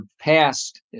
past